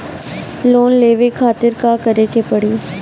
Loan लेवे खातिर का करे के पड़ी?